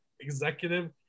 executive